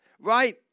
Right